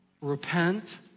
repent